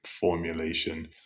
formulation